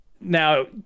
now